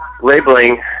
Labeling